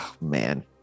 Man